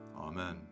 Amen